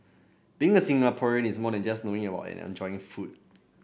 being a Singaporean is more than just about knowing and enjoying food